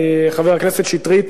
חבר הכנסת שטרית,